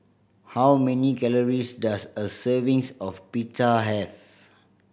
how many calories does a servings of Pita have